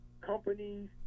companies